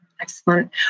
Excellent